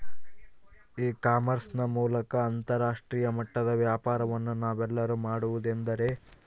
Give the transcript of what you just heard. E commerce ನ ಮೂಲಕ ಅಂತರಾಷ್ಟ್ರೇಯ ಮಟ್ಟದ ವ್ಯಾಪಾರವನ್ನು ನಾವೆಲ್ಲರೂ ಮಾಡುವುದೆಂದರೆ?